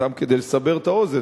סתם כדי לסבר את האוזן,